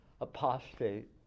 apostate